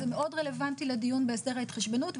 זה מאוד רלוונטי לדיון בהסדר ההתחשבנות,